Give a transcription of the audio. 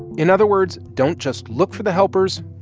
in other words, don't just look for the helpers.